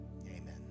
amen